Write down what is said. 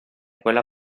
quella